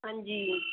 ਹਾਂਜੀ